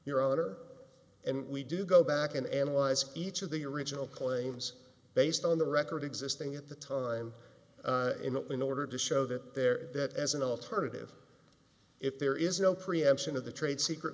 your honor and we do go back and analyze each of the original claims based on the record existing at the time in order to show that there that as an alternative if there is no preemption of the trade secret